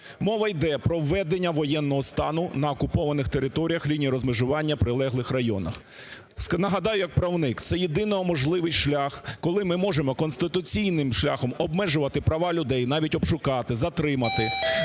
Мова йде про введення воєнного стану на окупованих територіях лінії розмежування, прилеглих районах. Нагадаю як правник, це єдино можливий шлях, коли ми можемо конституційним шляхом обмежувати права людей, навіть обшукати, затримати.